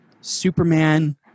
Superman